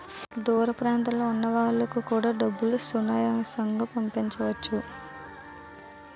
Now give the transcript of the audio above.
దూర ప్రాంతంలో ఉన్న వాళ్లకు కూడా డబ్బులు సునాయాసంగా పంపించవచ్చు